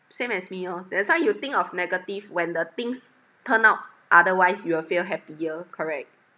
same as me orh that's why you think of negative when the things turn out otherwise you will feel happier correct